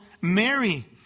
Mary